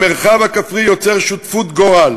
המרחב הכפרי יוצר שותפות גורל